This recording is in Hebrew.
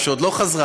או שעוד לא חזרה,